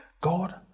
God